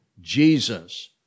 Jesus